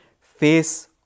face